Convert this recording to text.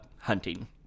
hunting